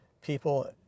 people